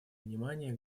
внимание